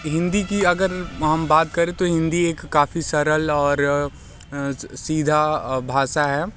हिंदी की अगर हम बात करें तो हिंदी एक काफ़ी सरल और सीधी भाषा है